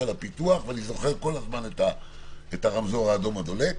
ואני זוכר כל הזמן את הרמזור האדום הדולק